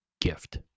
gift